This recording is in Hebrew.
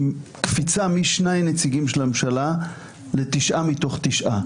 קפיצה משני נציגים של הממשלה לתשעה מתוך תשעה.